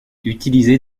utiliser